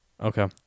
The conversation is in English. Okay